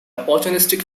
opportunistic